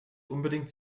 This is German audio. unbedingt